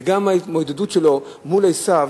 וגם בהתמודדות שלו מול עשו.